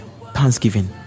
thanksgiving